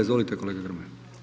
Izvolite kolega Grmoja.